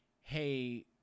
hey